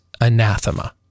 anathema